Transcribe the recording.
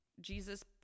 Jesus